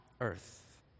earth